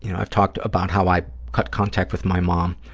you know i've talked about how i cut contact with my mom